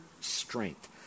strength